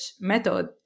method